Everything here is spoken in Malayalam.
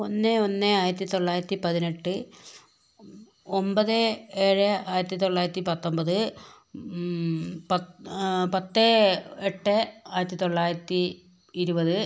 ഒന്ന് ഒന്ന് ആയിരത്തി തൊള്ളായിരത്തി പതിനെട്ട് ഒമ്പത് ഏഴ് ആയിരത്തി തൊള്ളായിരത്തി പത്തൊൻപത് പത്ത് എട്ട് ആയിരത്തി തൊള്ളായിരത്തി ഇരുപത്